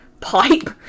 pipe